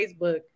Facebook